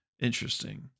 Interesting